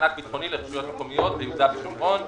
ביטחוני לרשויות מקומיות ביהודה ושומרון,